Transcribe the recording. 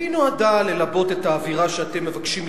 והיא נועדה ללבות את האווירה שאתם מבקשים ללבות,